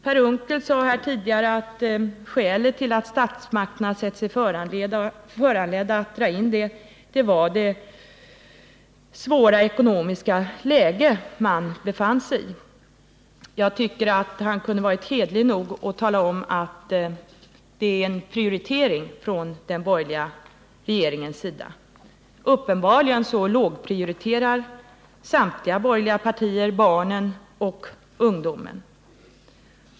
Per Unckel sade här tidigare att skälet till att statsmakterna känt sig föranlåtna att dra in bidraget var det svåra ekonomiska läget. Jag tycker att man kunde ha varit hederlig nog att tala om att det är en prioritering från den borgerliga regeringens sida. Uppenbarligen lågprioriterar samtliga borgerliga partier barnen och ungdomen.